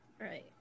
Right